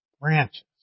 branches